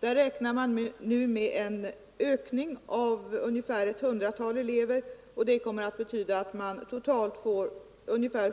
Där räknar man nu med en ökning av ungefär ett hundratal elever, och det kommer att betyda att totalt ca